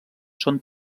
són